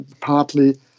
partly